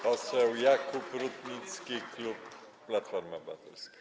Poseł Jakub Rutnicki, klub Platforma Obywatelska.